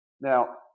Now